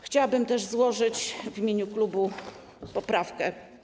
Chciałabym też złożyć w imieniu klubu poprawkę.